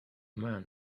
man